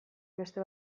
beste